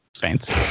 Thanks